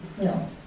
no